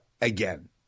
again